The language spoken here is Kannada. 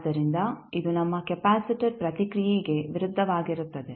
ಆದ್ದರಿಂದ ಇದು ನಮ್ಮ ಕೆಪಾಸಿಟರ್ ಪ್ರತಿಕ್ರಿಯೆಗೆ ವಿರುದ್ಧವಾಗಿರುತ್ತದೆ